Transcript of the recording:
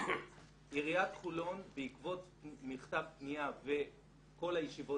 עיריית חולון בעקבות מכתב פניה וכל הישיבות